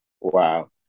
Wow